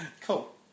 Cool